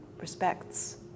respects